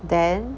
then